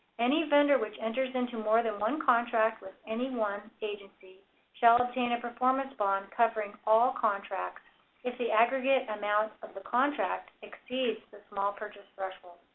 any vendor which enters into more than one contract with any one agency shall obtain a performance bond covering all contracts if the aggregate amount of the contract exceeds the small purchase threshold.